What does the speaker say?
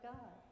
God